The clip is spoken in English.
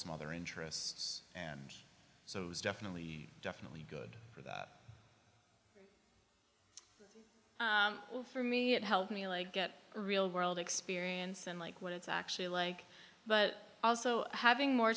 some other interests and so it was definitely definitely good for that for me it helped me like get a real world experience and like what it's actually like but also having more